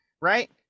right